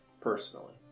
personally